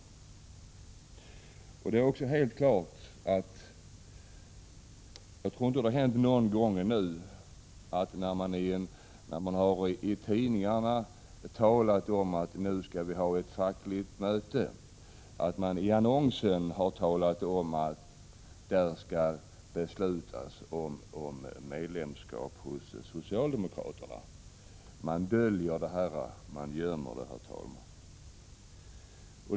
Jag tror inte att det har hänt någon gång ännu att man i tidningsannonsen för att ett fackligt möte skall äga rum har talat om att där skall beslutas om medlemskap hos socialdemokraterna. Man döljer detta, ja, man gömmer det, herr talman.